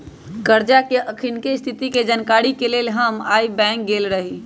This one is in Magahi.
करजा के अखनीके स्थिति के जानकारी के लेल हम आइ बैंक गेल रहि